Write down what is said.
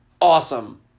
awesome